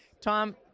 Tom